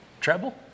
Treble